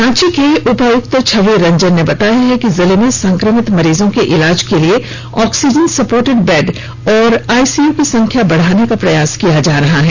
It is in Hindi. रांची के उपायुक्त छवि रंजन ने बताया कि जिला में संक्रमित मरीजों के इलाज के लिए ऑक्सीजन सपोर्टेड बेड और आईसीयू की संख्या बढ़ाने का प्रयास किया जा रहा है